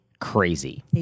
crazy